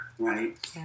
right